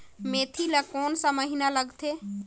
मेंथी ला कोन सा महीन लगथे?